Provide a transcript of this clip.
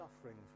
suffering